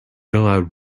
allowed